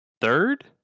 third